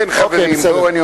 אוקיי, בסדר.